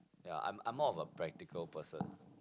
ya I'm I'm more of a practical person